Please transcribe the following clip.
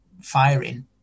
firing